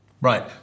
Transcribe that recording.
Right